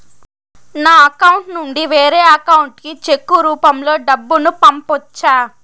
నా అకౌంట్ నుండి వేరే అకౌంట్ కి చెక్కు రూపం లో డబ్బును పంపొచ్చా?